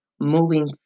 Moving